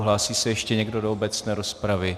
Hlásí se ještě někdo do obecné rozpravy?